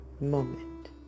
moment